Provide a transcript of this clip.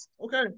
Okay